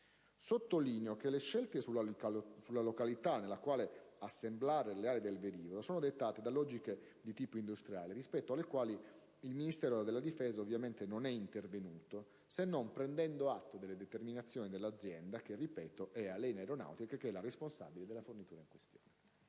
Sottolineo che le scelte sulla località nella quale assemblare le ali del velivolo sono dettate da logiche di tipo industriale, rispetto alle quali il Ministero della difesa ovviamente non è intervenuto, se non prendendo atto delle determinazioni dell'azienda, che è - lo ripeto - la Alenia Aeronautica, responsabile della fornitura in questione.